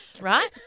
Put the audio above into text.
right